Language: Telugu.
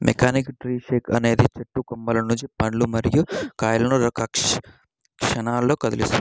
మెకానికల్ ట్రీ షేకర్ అనేది చెట్టు కొమ్మల నుండి పండ్లు మరియు కాయలను క్షణాల్లో కదిలిస్తుంది